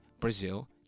Brazil